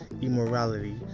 immorality